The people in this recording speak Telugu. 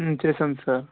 చేసాం సార్